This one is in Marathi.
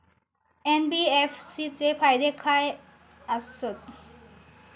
एन.बी.एफ.सी चे फायदे खाय आसत?